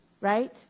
right